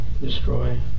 destroy